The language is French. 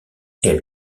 elle